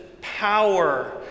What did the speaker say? power